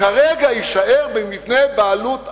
כרגע יישאר במבנה בעלות אחר,